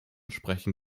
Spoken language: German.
sprechen